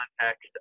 context